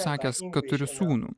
sakęs kad turiu sūnų